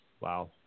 Wow